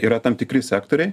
yra tam tikri sektoriai